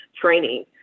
training